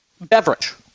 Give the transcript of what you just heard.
Beverage